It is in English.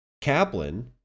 Kaplan